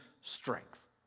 strength